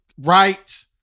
right